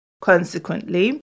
Consequently